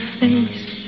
face